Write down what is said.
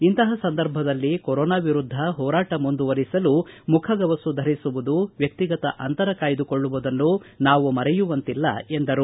ಇಂತಹ ಸಂದರ್ಭದಲ್ಲಿ ಕೊರೋನಾ ವಿರುದ್ದ ಹೋರಾಟ ಮುಂದುವರೆಸಲು ಮುಖಗವಸು ಧರಿಸುವುದು ವ್ಯಕ್ತಿಗತ ಅಂತರ ಕಾಯ್ದುಕೊಳ್ಳುವುದನ್ನು ನಾವು ಮರೆಯುವಂತಿಲ್ಲ ಎಂದರು